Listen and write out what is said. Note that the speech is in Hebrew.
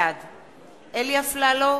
בעד אלי אפללו,